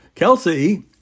Kelsey